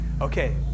Okay